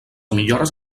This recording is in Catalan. millores